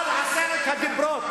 כל עשרת הדיברות,